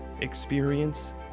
experience